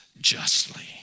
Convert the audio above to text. justly